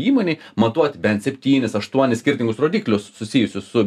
įmonėj matuoti bent septynis aštuonis skirtingus rodiklius susijusius su